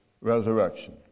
resurrection